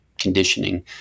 conditioning